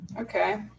Okay